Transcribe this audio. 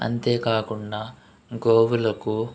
అంతేకాకుండా గోవులకు